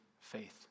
faith